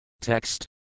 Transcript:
Text